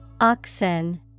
Oxen